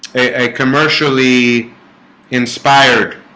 a commercially inspired